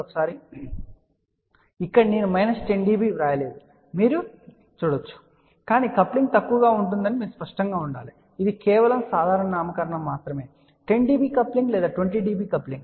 ఇప్పుడు ఇక్కడ నేను మైనస్ 10 dB వ్రాయ లేదని మీరు చూడవచ్చు సరే కాని కప్లింగ్ తక్కువగా ఉంటుందని స్పష్టంగా ఉండాలి ఇది కేవలం సాధారణ నామకరణం 10 dB కప్లింగ్ లేదా 20 dB కప్లింగ్